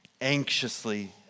anxiously